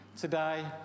today